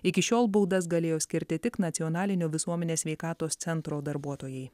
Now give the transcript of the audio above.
iki šiol baudas galėjo skirti tik nacionalinio visuomenės sveikatos centro darbuotojai